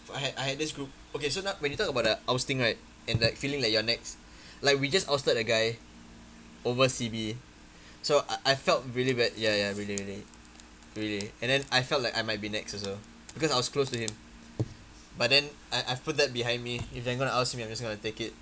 I had I had this group okay so now when you talk about the ousting right and like feeling that you're next like we just ousted a guy over C_B so I felt really bad ya ya really really really and then I felt like I might be next also because I was close to him but then I I've put that behind me if they're going to oust me I'm just going to take it